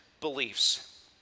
beliefs